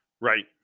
Right